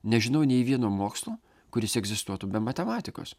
nežinau nei vieno mokslo kuris egzistuotų be matematikos